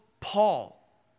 Paul